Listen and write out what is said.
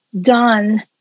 done